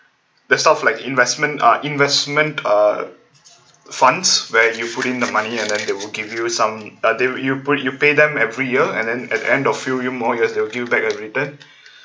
theres stuff like investment uh investment uh funds where you put in the money and then they will give you some um they will you put you pay them every year and then at the end of few more years they will give back a return